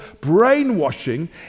brainwashing